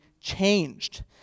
changed